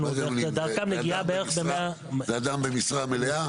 ודרכם יש לנו נגיעה בערך ב-100 --- זה אדם במשרה מלאה?